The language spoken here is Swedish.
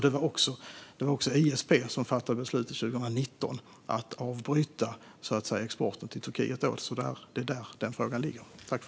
Det var också ISP som 2019 fattade beslutet att avbryta exporten till Turkiet, så det är där frågan ligger.